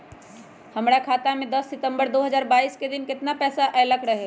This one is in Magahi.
हमरा खाता में दस सितंबर दो हजार बाईस के दिन केतना पैसा अयलक रहे?